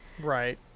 Right